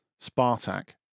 Spartak